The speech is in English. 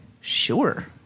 sure